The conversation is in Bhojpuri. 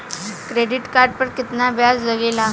क्रेडिट कार्ड पर कितना ब्याज लगेला?